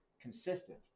consistent